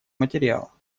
материала